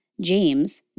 James